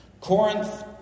Corinth